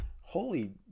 holy